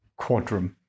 Quadrum